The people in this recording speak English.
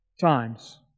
times